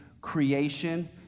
creation